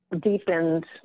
deepened